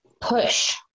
push